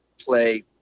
play